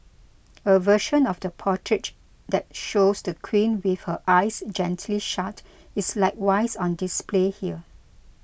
a version of the portrait that shows the Queen with her eyes gently shut is likewise on display here